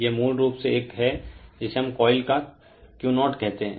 यह मूल रूप से एक है जिसे हम कोइल का Q0 कहते हैं